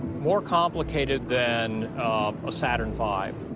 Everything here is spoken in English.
more complicated than a saturn v.